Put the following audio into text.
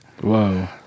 Whoa